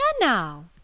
now